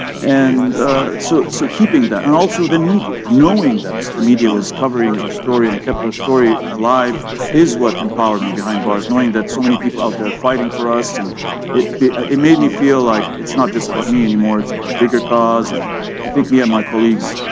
and so, so, keeping that. and also the media, knowing that the media was covering our story, and kept our story alive is what empowered me behind bars, knowing that so many people out there fighting for us. and it ah it made me feel like it's not just about me anymore, it's about a bigger cause. and i think me and my colleagues